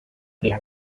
las